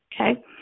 okay